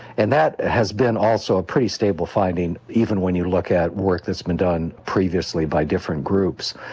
and that has been also a pretty stable finding, even when you look at work that has been done previously by different groups.